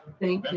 thank